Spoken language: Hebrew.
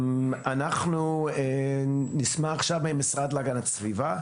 אנחנו נשמח לשמוע את המשרד להגנת הסביבה.